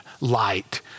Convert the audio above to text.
light